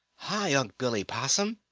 hi, unc' billy possum!